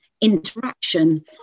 interaction